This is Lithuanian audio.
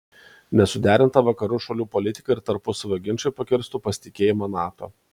nesuderinta vakarų šalių politika ir tarpusavio ginčai pakirstų pasitikėjimą nato